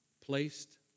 placed